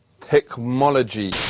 technology